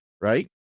right